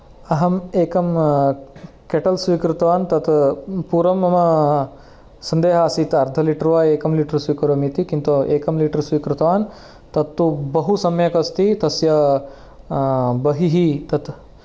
अहम् एकं केटल् स्वीकृतवान् तत् पूर्वं मम सन्देहः आसीत् अर्ध लिटर् वा एकं लिटर् स्वीकरोमि इति किन्तु एकं लिटर् स्विकृतवान् तत्तु बहु सम्यक् अस्ति तस्य बहिः तत्